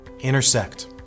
intersect